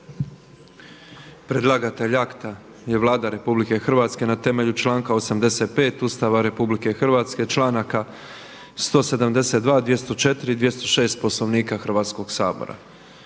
Predlagatelj akta je Vlada RH na temelju članka 85. Ustava RH, članaka 172., 204. i 206. Poslovnika Hrvatskog sabora.